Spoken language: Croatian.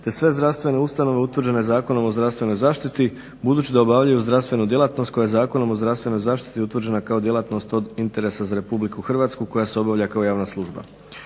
te sve zdravstvene ustanove utvrđene Zakonom o zdravstvenoj zaštiti budući da obavljaju zdravstvenu djelatnost koja je Zakonom o zdravstvenoj zaštiti utvrđena kao djelatnost od interesa za Republiku Hrvatsku koja se obavlja kao javna služba.